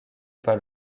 par